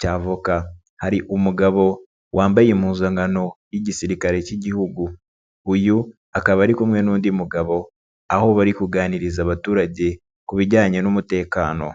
cya avoka, hari umugabo wambaye impuzankan y'igisirikare cy'igihugu, uyu akaba ari kumwe n'undi mugabo, aho bari kuganiriza abaturage ku bijyanye n'umutekano.